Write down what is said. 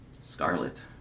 Scarlet